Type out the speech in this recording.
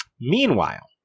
Meanwhile